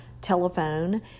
telephone